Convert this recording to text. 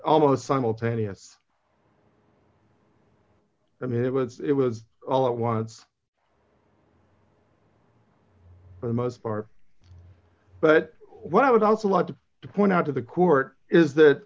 almost simultaneous i mean it was it was all it was for the most part but what i was also wanted to point out to the court is that